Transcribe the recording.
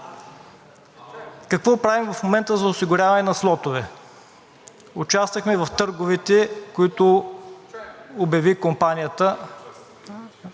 Какво правим в момента за осигуряване на слотове? Участвахме в търговете, които обяви компанията,